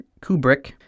Kubrick